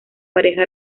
pareja